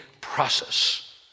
process